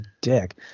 dick